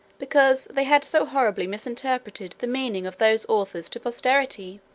because they had so horribly misrepresented the meaning of those authors to posterity.